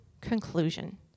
conclusion